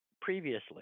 previously